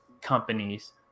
companies